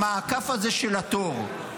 המעקף הזה של התור,